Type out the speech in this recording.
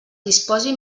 disposi